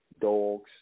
dogs